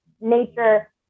nature